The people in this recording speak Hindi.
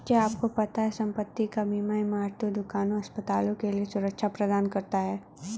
क्या आपको पता है संपत्ति का बीमा इमारतों, दुकानों, अस्पतालों के लिए सुरक्षा प्रदान करता है?